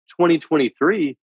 2023